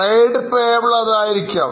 Trade payable അതായിരിക്കാം